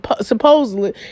supposedly